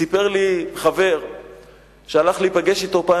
סיפר לי חבר שהלך להיפגש אתו פעם,